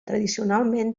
tradicionalment